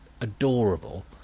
adorable